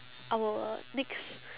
our next